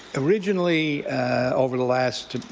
originally over the last,